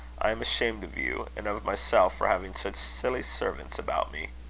i am ashamed of you and of myself, for having such silly servants about me.